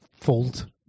fold